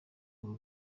uru